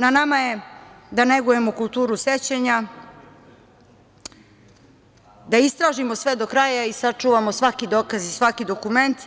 Na nama je da negujemo „kulturu sećanja“, da istražimo sve do kraja i sačuvamo svaki dokaz i svaki dokument